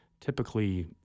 Typically